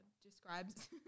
describes